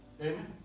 Amen